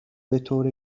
بطور